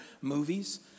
movies